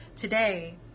Today